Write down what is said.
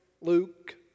Luke